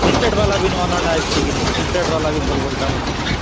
printed ଵାଲା ବି ନୂଆ ନୂଆଟା ଆସିଛି କିନି ପ୍ରିଟେଣ୍ଟ ଵାଲା ବି ଭଲ ଭଲଟା ଅଛି